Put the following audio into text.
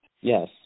Yes